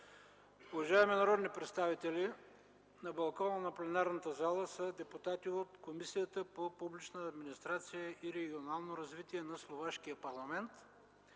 Уважаеми народни представители, на балкона на пленарната зала са депутати от Комисията по публична администрация и регионално развитие на Словашкия парламент.